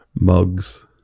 Mugs